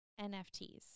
NFTs